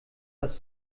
dass